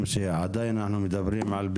אנחנו נשמח לכל גיוון של אוכלוסייה.